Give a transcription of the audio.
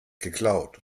geklaut